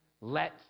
Let